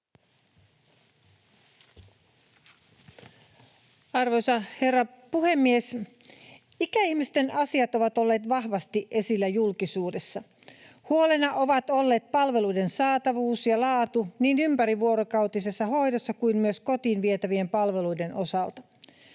Arvoisa herra puhemies! Ikäihmisten asiat ovat olleet vahvasti esillä julkisuudessa. Huolena ovat olleet palveluiden saatavuus ja laatu niin ympärivuorokautisessa hoidossa kuin myös kotiin vietävien palveluiden osalta.